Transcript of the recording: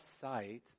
sight